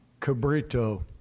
Cabrito